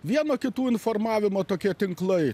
vieno kitų informavimo tokie tinklai